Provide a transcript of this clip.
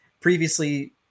previously